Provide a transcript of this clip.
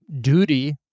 duty